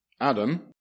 Adam